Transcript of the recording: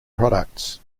products